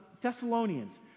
Thessalonians